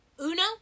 Uno